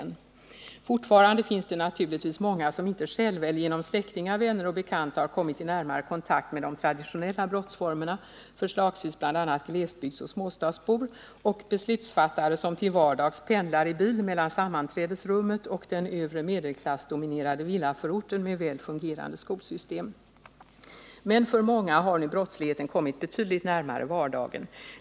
Han säger där: ”Fortfarande finns det naturligtvis många som inte själva eller genom släktingar, vänner och bekanta har kommit i närmare kontakt med de traditionella brottsformerna, förslagsvis bl.a. glesbygdsoch småstadsbor och beslutsfattare som till vardags pendlar i bil mellan sammanträdesrummet och den övre-medelklass-dominerade villaförorten med väl fungerande skolsystem. Men för många har nu brottsligheten kommit betydligt närmare vardagen.